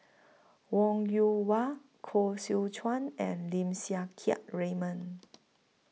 Wong Yoon Wah Koh Seow Chuan and Lim Siang Keat Raymond